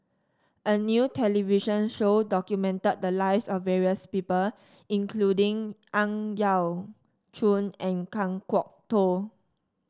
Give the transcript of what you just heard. a new television show documented the lives of various people including Ang Yau Choon and Kan Kwok Toh